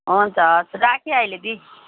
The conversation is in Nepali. हुन्छ हवस् राखेँ अहिले दी